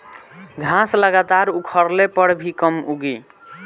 घास लगातार उखड़ले पर भी कम उगी